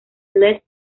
les